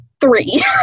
three